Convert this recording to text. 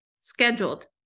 scheduled